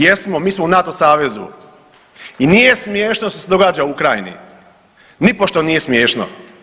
Jesmo mi smo u NATO savezu i nije smiješno što se događa u Ukrajini, nipošto nije smiješno.